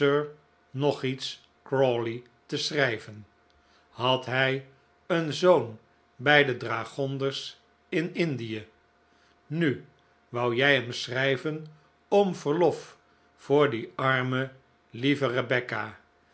sir nogiets crawley te schrijven had hij een zoon bij de dragonders in indie nu wou jij hem schrijven om verlof voor die arme lieve rebecca